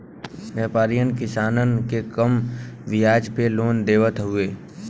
व्यापरीयन किसानन के कम बियाज पे लोन देवत हउवन